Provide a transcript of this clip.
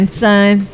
son